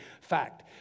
fact